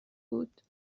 بود